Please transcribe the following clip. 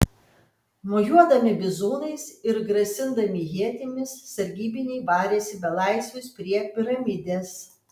mojuodami bizūnais ir grasindami ietimis sargybiniai varėsi belaisvius prie piramidės